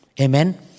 Amen